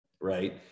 right